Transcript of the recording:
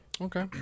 okay